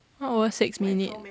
one hour six minute